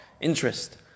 interest